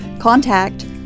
contact